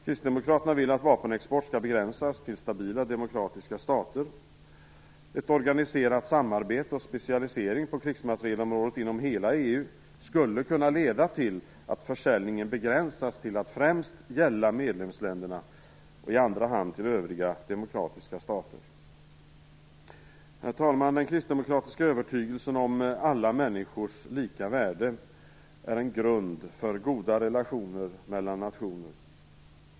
Kristdemokraterna vill att vapenexport skall begränsas till stabila och demokratiska stater. Ett organiserat samarbete och specialisering på krigsmaterielområdet inom hela EU skulle kunna leda till att försäljningen begränsas till att främst gälla försäljning till medlemsländerna och i andra hand till övriga demokratiska stater. Herr talman! Den kristdemokratiska övertygelsen om alla människors lika värde är en grund för goda relationer mellan nationer.